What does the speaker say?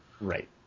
Right